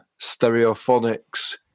Stereophonics